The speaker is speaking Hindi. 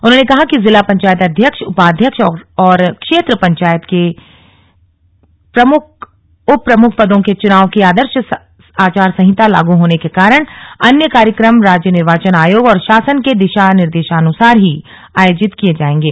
उन्होंने कहा कि जिला पंचायत अध्यक्ष उपाध्यक्ष और क्षेत्र पंचायत के प्रमुखघ्उप प्रमुख पदों के चुनाव की आदर्श आचार संहिता लागू होने के कारण अन्य कार्यक्रम राज्य निर्वाचन आयोग और शासन के दिशा निर्देशानुसार ही आयोजित किये जायेंगे